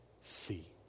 see